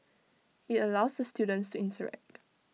IT allows the students to interact